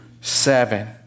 seven